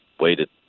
waited